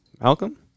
Malcolm